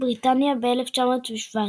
בריטניה ב־1917.